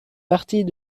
partie